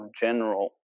general